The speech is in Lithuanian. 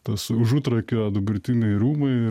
tas užutrakio dabartiniai rūmai